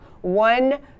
one